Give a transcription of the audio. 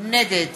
נגד